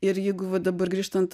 ir jeigu va dabar grįžtant